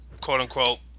quote-unquote